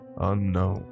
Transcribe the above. unknown